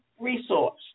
resource